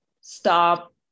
stop